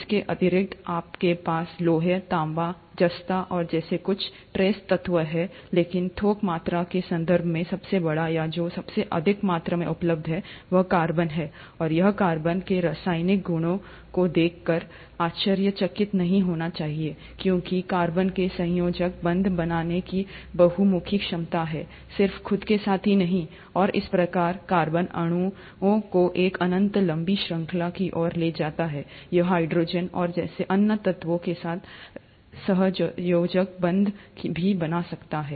इनके अतिरिक्त आपके पास लोहे तांबा जस्ता जैसे कुछ ट्रेस तत्व हैं लेकिन थोक मात्रा के संदर्भ में सबसे बड़ा या जो सबसे अधिक मात्रा में उपलब्ध है वह कार्बन है और यह कार्बन के रासायनिक गुणों को देखकर आश्चर्यचकित नहीं होना चाहिए क्योंकि कार्बन में सहसंयोजक बंधन बनाने की बहुमुखी क्षमता है सिर्फ खुद के साथ नहीं और इस प्रकार कार्बनिक अणुओं की एक अनंत लंबी श्रृंखला की ओर ले जाता है यह हाइड्रोजन और जैसे अन्य तत्वों के साथ सहसंयोजक बंधन भी बना सकता है